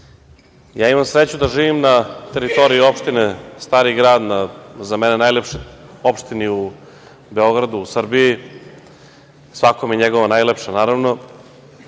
imam sreću da živim na teritoriji opštine Stari grad, za mene najlepšoj opštini u Beogradu, u Srbiji. Svakome je njegova najlepša, naravno.